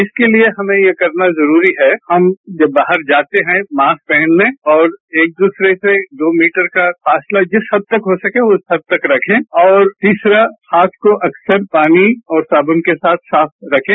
इसके लिए हमें ये करना जरूरी है हम जब बाहर जाते हैं मास्क पहन लें और एक दूसरे से दो मीटर का फासला जिस हद तक हो सके उस हद तक रखें और तीसरा हाथ को अक्सर पानी और साबन के साथ साफ रखें